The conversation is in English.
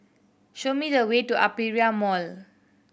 show me the way to Aperia Mall